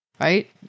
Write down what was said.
right